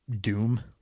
doom